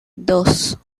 dos